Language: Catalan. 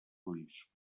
ulls